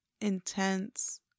intense